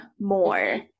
more